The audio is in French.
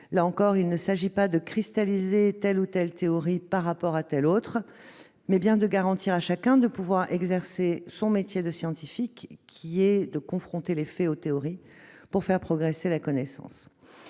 Là encore, il s'agit non pas de cristalliser telle ou telle théorie par rapport à telle autre, mais bien de garantir à chacun de pouvoir exercer son métier de scientifique, qui est de confronter les faits aux théories, afin de faire progresser la connaissance.